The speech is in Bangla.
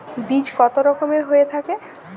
বীজ কত রকমের হয়ে থাকে?